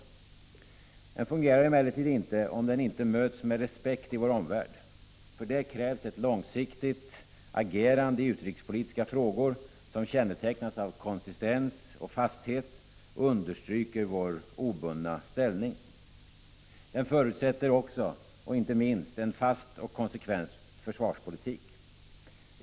Denna politik fungerar emellertid inte om den inte möts med respekt i vår omvärld. För det krävs ett långsiktigt agerande i utrikespolitiska frågor, vilket kännetecknas av konsistens och fasthet och där vår obundna ställning understryks. Detta förutsätter, inte minst, en fast och konsekvent försvarspolitik.